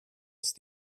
ist